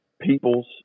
peoples